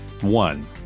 One